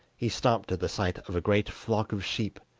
he stopped at the sight of a great flock of sheep,